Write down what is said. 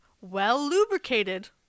well-lubricated